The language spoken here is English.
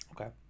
Okay